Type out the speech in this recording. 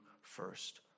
first